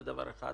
זה דבר אחד.